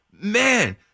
Man